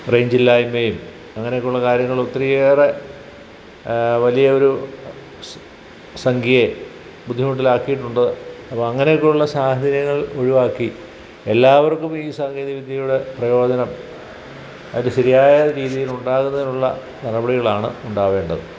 റേഞ്ചില്ലായ്മ്മയും അങ്ങനെയൊക്കെയുള്ള കാര്യങ്ങൾ ഒത്തിരിയേറെ വലിയ ഒരു സംഖ്യയെ ബുദ്ധിമുട്ടിലാക്കിയിട്ടുണ്ട് അപ്പോള് അങ്ങനെയൊക്കെയുള്ള സാഹചര്യങ്ങൾ ഒഴിവാക്കി എല്ലാവർക്കും ഈ സാങ്കേതിക വിദ്യയുടെ പ്രയോജനം അത് ശരിയായ രീതിയിലുണ്ടാകുന്നതിനുള്ള നടപടികളാണ് ഉണ്ടാവേണ്ടത്